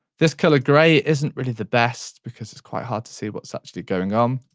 this colour grey isn't really the best because it's quite hard to see what's actually going um